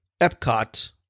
Epcot